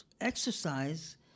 exercise